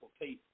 people